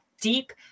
deep